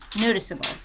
noticeable